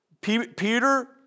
Peter